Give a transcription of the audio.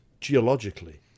geologically